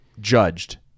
judged